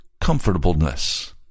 Comfortableness